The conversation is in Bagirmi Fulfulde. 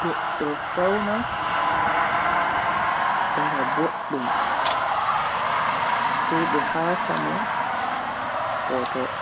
Goddo fauna, dara boddum sai be hasa mo foto.